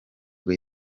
bwo